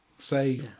Say